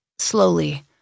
slowly